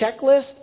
checklist